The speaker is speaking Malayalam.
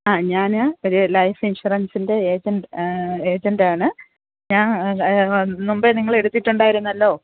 ആ ഞാൻ ഒരു ലൈഫ് ഇൻഷുറൻസിൻ്റെ ഏജൻ്റ് ഏജെൻ്റാണ് ഞാൻ മുൻപേ നിങ്ങളെടുത്തിട്ട് ഉണ്ടായിരുന്നല്ലോ